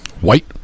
white